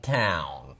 town